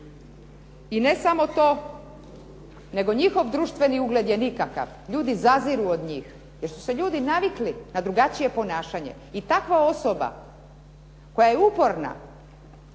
i ne samo to nego njihov društveni ugled je nikakav, ljudi zaziru od njih jer su se ljudi navikli na drugačije ponašanje. I takva osoba koja je uporna